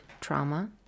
trauma